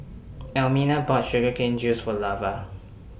Almina bought Sugar Cane Juice For Lavar